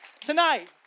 tonight